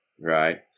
right